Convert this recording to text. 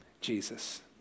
Jesus